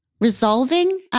resolving